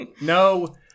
no